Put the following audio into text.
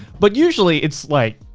but usually it's like,